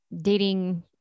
dating